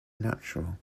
natural